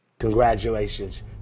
congratulations